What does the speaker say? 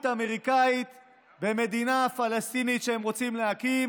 אמריקאית במדינה פלסטינית שהם רוצים להקים